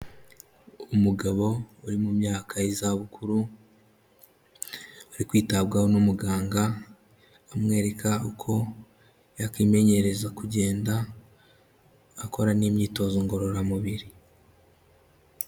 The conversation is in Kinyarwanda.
Umugabo uri mu myaka y'izabukuru, ari kwitabwaho n'umuganga, amwereka uko yakimenyereza kugenda akora n'imyitozo ngororamubiri.